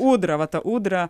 ūdra va ta ūdra